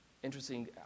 Interesting